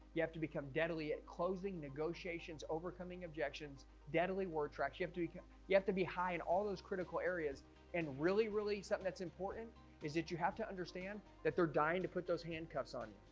you have to become deadly at closing negotiations overcoming objections deadly worth tracks you have to become you have to be high in all those critical areas and really really something that's important is that you have to understand that they're dying to put those handcuffs on